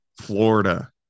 Florida